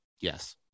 yes